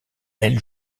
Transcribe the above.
ailes